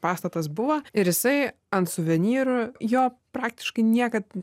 pastatas buvo ir jisai ant suvenyrų jo praktiškai niekad